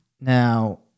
Now